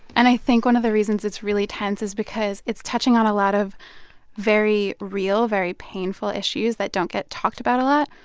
and i think one of the reasons it's really tense is because it's touching on a lot of very real, very painful issues that don't get talked about a lot.